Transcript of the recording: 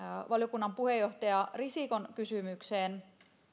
valiokunnan puheenjohtaja risikon kysymykseen